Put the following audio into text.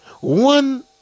one